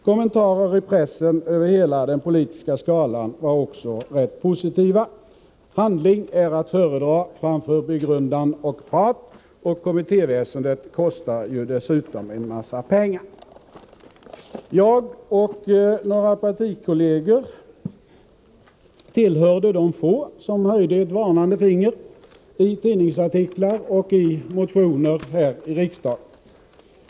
Kommentarerna i pressen över hela den politiska skalan var också rätt positiva. Handling är att föredra framför begrundan och prat — och kommittéväsendet kostar dessutom en massa pengar. Jag och några partikolleger tillhörde de få som höjde ett varnande finger —i tidningsartiklar och i motioner här i riksdagen.